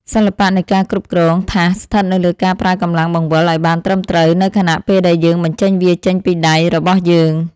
សិល្បៈនៃការគ្រប់គ្រងថាសស្ថិតនៅលើការប្រើកម្លាំងបង្វិលឱ្យបានត្រឹមត្រូវនៅខណៈពេលដែលយើងបញ្ចេញវាចេញពីដៃរបស់យើង។